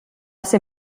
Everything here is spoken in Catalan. ser